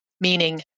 meaning